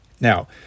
Now